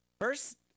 First